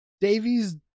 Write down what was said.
Davies